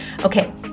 Okay